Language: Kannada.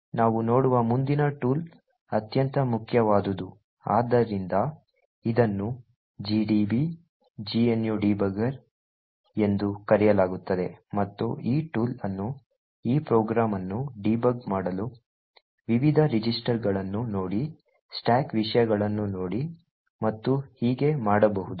ನಾವು ನೋಡುವ ಮುಂದಿನ ಟೂಲ್ ಅತ್ಯಂತ ಮುಖ್ಯವಾದುದು ಆದ್ದರಿಂದ ಇದನ್ನು gdb GNU Debugger ಎಂದು ಕರೆಯಲಾಗುತ್ತದೆ ಮತ್ತು ಈ ಟೂಲ್ ಅನ್ನು ಈ ಪ್ರೋಗ್ರಾಂ ಅನ್ನು ಡೀಬಗ್ ಮಾಡಲು ವಿವಿಧ ರಿಜಿಸ್ಟರ್ಗಳನ್ನು ನೋಡಿ ಸ್ಟಾಕ್ ವಿಷಯಗಳನ್ನು ನೋಡಿ ಮತ್ತು ಹೀಗೆ ಮಾಡಬಹುದು